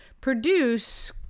produce